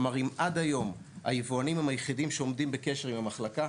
כלומר אם עד היום היבואנים הם היחידים שעומדים בקשר עם המחלקה,